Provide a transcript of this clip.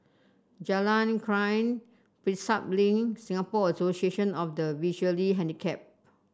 Jalan Krian Prinsep Link Singapore Association of the Visually Handicapped